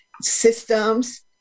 systems